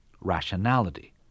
rationality